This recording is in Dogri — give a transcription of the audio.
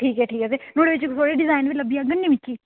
अच्छा अच्छा नुहाड़े च डिजाईन बी लब्भी जाङन ना मिगी